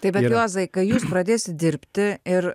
tai bet juozai kai jūs pradėsit dirbti ir